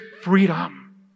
freedom